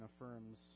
affirms